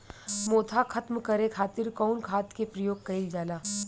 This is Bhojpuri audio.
मोथा खत्म करे खातीर कउन खाद के प्रयोग कइल जाला?